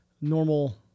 normal